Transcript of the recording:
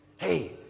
Hey